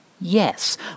Yes